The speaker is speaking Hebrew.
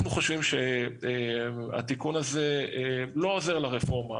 אנחנו חושבים שהתיקון הזה לא עוזר לרפורמה.